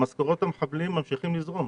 משכורות המחבלים ממשיכות לזרום.